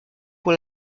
pour